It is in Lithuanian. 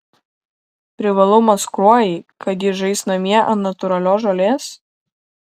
privalumas kruojai kad ji žais namie ant natūralios žolės